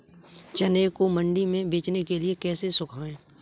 चने को मंडी में बेचने के लिए कैसे सुखाएँ?